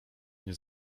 nie